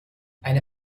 eine